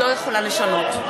לשנות.